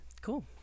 cool